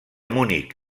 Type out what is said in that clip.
munic